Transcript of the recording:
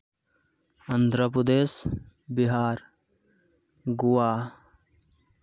Andhra Pradesh Bihar Goa